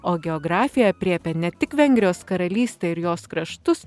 o geografija aprėpia ne tik vengrijos karalystę ir jos kraštus